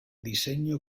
diseño